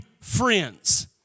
friends